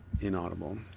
inaudible